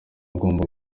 agomba